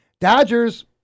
Dodgers